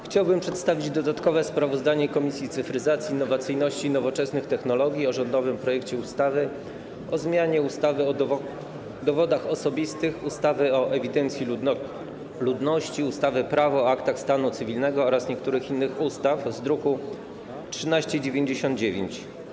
Chciałbym przedstawić dodatkowe sprawozdanie Komisji Cyfryzacji, Innowacyjności i Nowoczesnych Technologii o rządowym projekcie ustawy o zmianie ustawy o dowodach osobistych, ustawy o ewidencji ludności, ustawy - Prawo o aktach stanu cywilnego oraz niektórych innych ustaw, druk nr 1399.